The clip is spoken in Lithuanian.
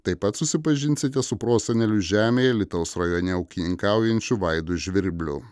taip pat susipažinsite su prosenelių žemėje alytaus rajone ūkininkaujančiu vaidos žvirbliu